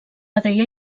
adrià